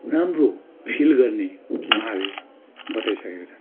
राम्रो फिल गर्ने मार्ग बताइसकेका छन्